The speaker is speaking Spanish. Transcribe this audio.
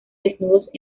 desnudos